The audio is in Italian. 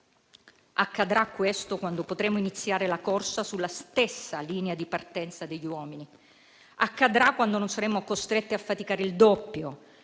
Accadrà, questo, quando potremo iniziare la corsa sulla stessa linea di partenza degli uomini. Accadrà quando non saremo costrette a faticare il doppio.